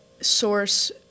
source